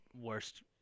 worst